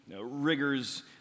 rigors